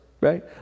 Right